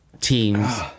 teams